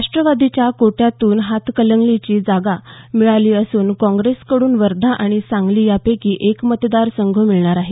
राष्ट्रवादीच्या कोट्यातून हातकणंगलेची जागा मिळाली असून काँग्रेसकडून वर्धा किंवा सांगली यापैकी एक मतदार संघ मिळणार आहे